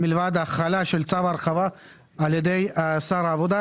מלבד החלה של צו הרחבה על ידי שר העבודה.